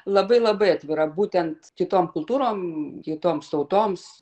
labai labai atvira būtent kitom kultūrom kitoms tautoms